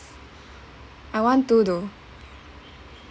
I want to though